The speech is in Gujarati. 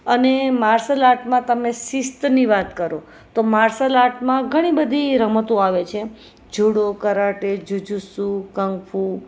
અને માર્શલ આર્ટમાં તમે શિસ્તની વાત કરો તો માર્શલ આર્ટમાં ઘણી બધી રમતો આવે છે જુડો કરાટે જુજુત્સુ કું ફુ